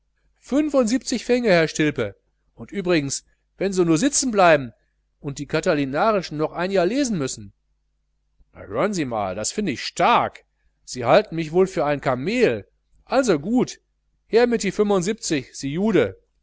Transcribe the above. fünfundsiebzig fenge herr stilpe und übrigens wenn sie nu sitzen bleiben und die catilinarischen noch ein jahr lesen müssen na hören sie mal das find ich stark sie halten mich wohl für ein kameel also gut her mit den fünfundsiebzig sie jude